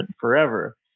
forever